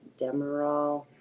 Demerol